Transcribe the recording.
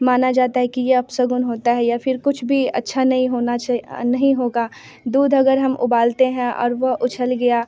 माना जाता है कि यह अपशगुन होता है या फिर कुछ भी अच्छा नहीं होना छे नहीं होगा दूध अगर हम उबालते हैं और वह उछल गया